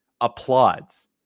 applauds